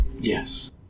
Yes